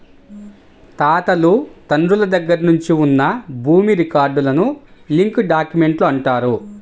తాతలు తండ్రుల దగ్గర నుంచి ఉన్న భూమి రికార్డులను లింక్ డాక్యుమెంట్లు అంటారు